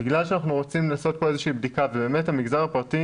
בגלל שאנחנו רוצים לעשות כאן איזושהי בדיקה ובאמת המגזר הפרטי